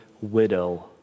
widow